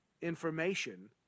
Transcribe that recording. information